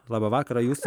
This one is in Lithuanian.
laba vakarą jūs